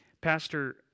Pastor